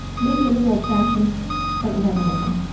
maybe a little old fashioned but you had to love him.